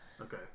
okay